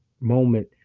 moment